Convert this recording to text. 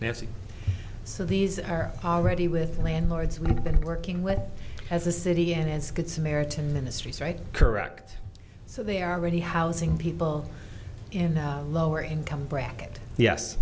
nancy so these are already with landlords and working with as a city and as good samaritan ministries right correct so they are already housing people in the lower income bracket yes